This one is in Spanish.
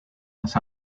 las